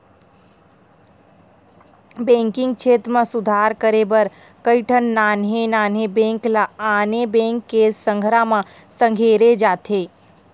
banking छेत्र म सुधार करे बर कइठन नान्हे नान्हे बेंक ल आने बेंक के संघरा म संघेरे जाथे